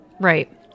Right